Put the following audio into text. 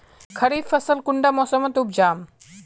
खरीफ फसल कुंडा मोसमोत उपजाम?